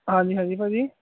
ਹਾਂਜੀ ਹਾਂਜੀ ਭਾਅ ਜੀ